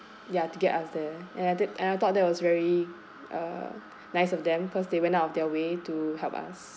ya to get us there and I did and I thought that was very uh nice of them cause they went out of their way to help us